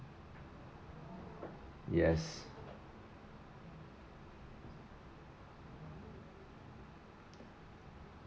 yes